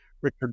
Richard